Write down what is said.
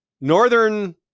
northern